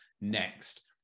next